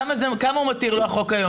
כמה זה החוק היום?